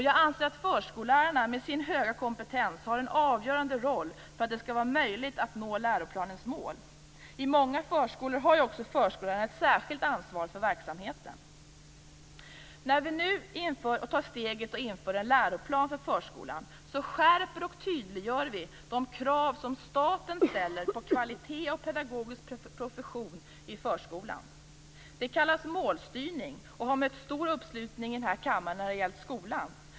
Jag anser att förskollärarna med sin höga kompetens har en avgörande roll för att det skall bli möjligt att nå läroplanens mål. I många förskolor har också förskollärarna ett särskilt ansvar för verksamheten. När vi nu tar steget att införa en läroplan för förskolan skärper och tydliggör vi de krav som staten ställer på kvalitet och pedagogisk profession i förskolan. Det kallas målstyrning och har mött stor uppslutning i den här kammaren när det har gällt skolan.